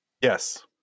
Yes